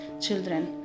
children